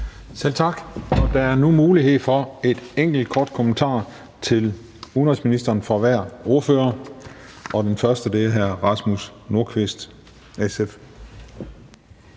Selv tak. Der er nu mulighed for en enkelt kort bemærkning til udenrigsministeren fra hver ordfører. Den første er hr. Rasmus Nordqvist, SF.